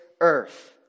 earth